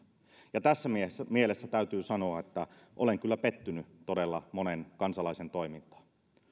ja tässä mielessä täytyy sanoa että olen kyllä pettynyt todella monen kansalaisen toimintaan